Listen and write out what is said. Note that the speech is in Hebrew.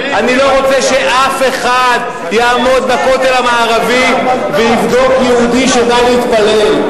אני לא רוצה שאף אחד יעמוד בכותל המערבי ויבדוק יהודי שבא להתפלל.